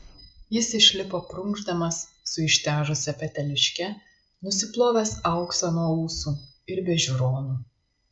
jis išlipo prunkšdamas su ištežusia peteliške nusiplovęs auksą nuo ūsų ir be žiūronų